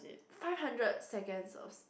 Five Hundred Seconds of